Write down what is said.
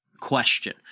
question